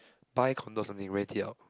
buy condo or something rent it out